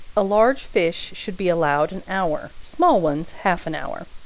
a large fish should be allowed an hour, small ones half an hour.